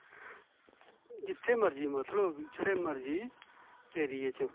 जित्थै मर्जी मतलब जेहडे़ मर्जी एरिये च